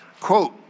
Quote